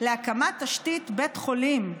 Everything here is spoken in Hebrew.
להקמת תשתית של בית חולים,